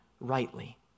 rightly